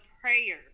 prayer